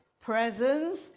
presence